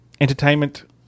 Entertainment